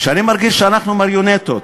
שאני מרגיש שאנחנו מריונטות.